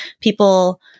People